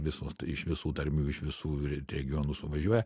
visos iš visų tarmių iš visų regionų suvažiuoja